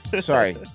Sorry